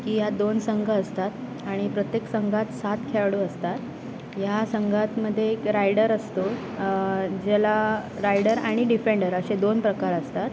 की यात दोन संघ असतात आणि प्रत्येक संघात सात खेळाडू असतात या संघामध्ये एक रायडर असतो ज्याला रायडर आणि डिफेंडर असे दोन प्रकार असतात